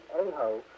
Aho